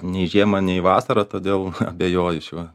nei žiemą nei vasarą todėl abejoju šiuo